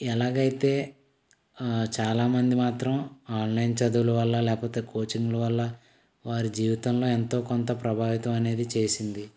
ఎలాగైతే చాలా మంది మాత్రం ఆన్లైన్ చదువుల వల్ల లేకపొతే కోచింగ్ల వల్ల వారి జీవితంలో ఎంతో కొంత ప్రభావితం అనేది చేసింది